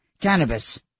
cannabis